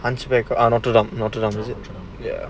time square arc de triomphe ah notre dame